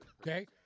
Okay